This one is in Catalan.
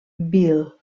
bhil